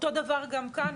אותו דבר גם כאן,